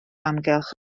amgylch